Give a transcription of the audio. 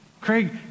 Craig